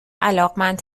علاقمند